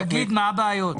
תגיד מה הבעיות.